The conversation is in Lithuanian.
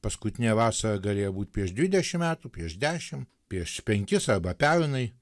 paskutinę vasarą galėjo būti prieš dvidešimt metų prieš dešimt prieš penkis arba pernai